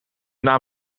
naam